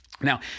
Now